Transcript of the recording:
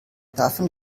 davon